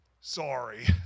sorry